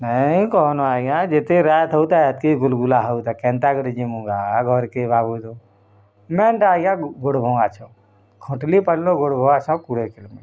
ନାଇ କନ୍ ଆଜ୍ଞା ଯେତେ ରାତ୍ ହଉ ଥା ସେତ୍କି ଗୁଲ୍ ଗୁଲା ହଉ ଥାଏ କେନ୍ତା କରି ଯିମୁଁ ଗାଁ ଘର୍ କେ ଭାବୁଥୁ ନାଁଟା ଆଜ୍ଞା ଗୋଡ଼ଭଙ୍ଗା ଛକ୍ ଖଟ୍ଲିପାଲି ଗୋଡ଼ଭଙ୍ଗା ଛକ୍ କୋଡ଼ିଏ କିଲୋମିଟର୍